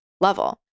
level